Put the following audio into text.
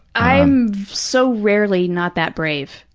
i'm so rarely not that brave.